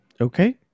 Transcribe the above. Okay